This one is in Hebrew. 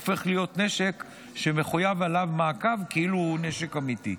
הופך להיות נשק שמחויב עליו מעקב כאילו הוא נשק אמיתי,